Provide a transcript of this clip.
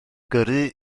gyrru